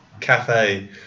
cafe